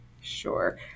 Sure